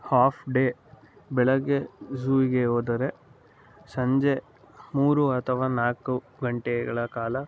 half day ಬೆಳಗ್ಗೆ ಝೂವಿಗೆ ಹೋದರೆ ಸಂಜೆ ಮೂರು ಅಥವಾ ನಾಲ್ಕು ಗಂಟೆಗಳ ಕಾಲ